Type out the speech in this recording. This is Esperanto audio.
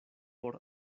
por